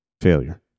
failure